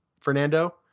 Fernando